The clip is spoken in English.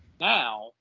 Now